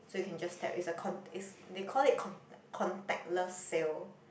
so you can just tap is a con is they call it con contactless sale